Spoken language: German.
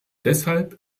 deshalb